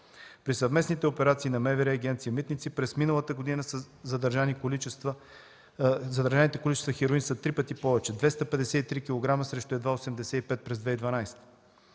При съвместните операции на МВР и Агенция „Митници“ през миналата година задържаните количества хероин са три пъти повече – 253 кг срещу едва 85 през 2012